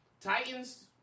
Titans